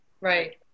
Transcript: right